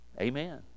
Amen